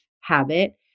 habit